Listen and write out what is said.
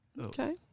Okay